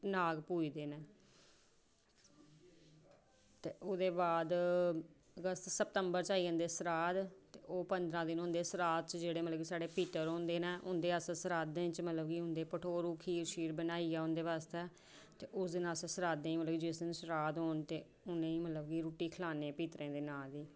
नाग पूजदे न ते ओह्दे बाद बस सितंबर च आई जंदे सराध ते ओह् दिन होंदे न सराध मतलब कि जेह्ड़े साढ़े पितृ होंदे न उंदे च मतलब कि भठोरू खीर बनाइयै उंदे बास्तै ते उस दिन अस सराधें ई जिस दिन सराध होन ते उनें ई मतलब रुट्टी खलान्ने उंदे नाम दी